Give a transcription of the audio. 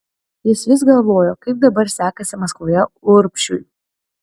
jis vis galvojo kaip dabar sekasi maskvoje urbšiui